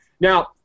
Now